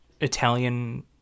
Italian